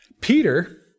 Peter